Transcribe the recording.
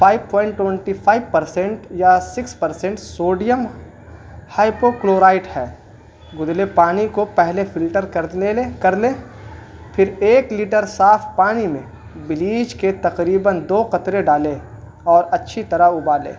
five point twenty five percent یا six percent sodium hypochlorite ہے گدلے پانی کو پہلے فلٹر کر لے لیں کر لیں پھر ایک لیٹر صاف پانی میں بلیچ کے تقریباً دو قطرے ڈالیں اور اچھی طرح ابالیں